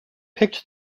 picked